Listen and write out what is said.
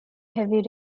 heavy